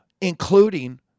including